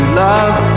love